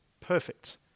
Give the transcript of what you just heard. perfect